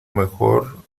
mejor